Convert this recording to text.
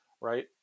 right